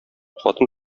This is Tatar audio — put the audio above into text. хатын